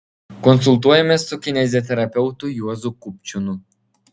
konsultuojamės su kineziterapeutu juozu kupčiūnu